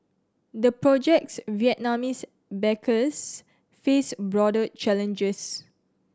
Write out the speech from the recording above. the project's Vietnamese backers face broader challenges